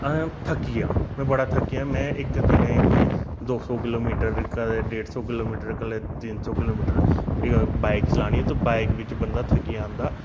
अहें थक्की गेआ मैं बड़ा थक्केआ मैं इक दिनें च कोई दो सो किलोमीटर कदें डेढ सौ किलोमीटर कदें तिन सौ किलोमीटर बाइक चलानी ते बाइक बिच्च बंदा थक्की जंदा